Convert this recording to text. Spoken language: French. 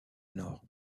nord